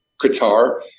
Qatar